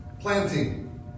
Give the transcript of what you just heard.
planting